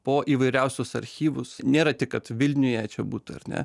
po įvairiausius archyvus nėra tik kad vilniuje čia būtų ar ne